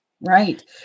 Right